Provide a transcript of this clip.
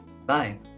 Bye